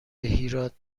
هیراد